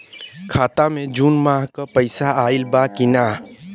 खाता मे जून माह क पैसा आईल बा की ना?